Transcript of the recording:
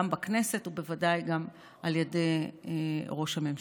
גם בכנסת ובוודאי גם על ידי ראש הממשלה?